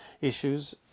issues